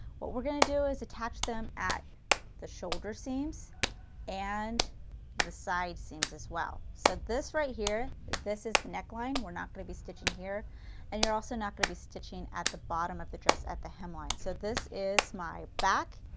what we are going to do is attach them at the shoulder seams and the side seams as well. so this right here, this is the neckline, we are not going to be stitching here and you are also not going to be stitching at the bottom of the dress at the hemline. so this is my back,